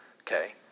okay